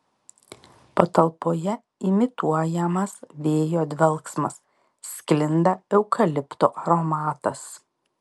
patalpoje imituojamas vėjo dvelksmas sklinda eukalipto aromatas